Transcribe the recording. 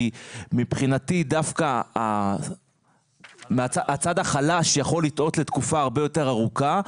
כי מבחינתי דווקא הצד החלש יכול לטעות לתקופה הרבה יותר ארוכה,